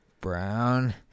Brown